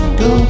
go